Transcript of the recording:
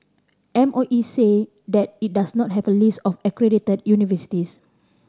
M O E said that it does not have a list of accredited universities